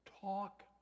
talk